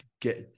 get